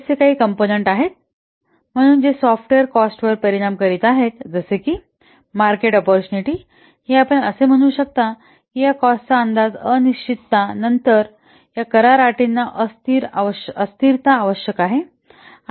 हे असे काही कॉम्पोनन्ट आहेत जे सॉफ्टवेअर कॉस्टवर परिणाम करीत आहेत जसे की मार्केट ओप्पोर्टूनिटी ही आपण असे म्हणू शकता की या कॉस्टचा अंदाज अनिश्चितता नंतर या करार अटींना अस्थिरता आवश्यक आहे